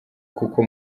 kuko